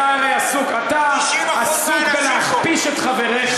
אתה עסוק בלהכפיש את חבריך.